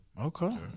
Okay